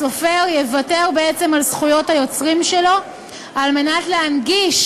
הסופר יוותר בעצם על זכויות היוצרים שלו כדי להנגיש